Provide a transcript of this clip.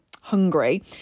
hungry